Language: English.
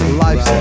life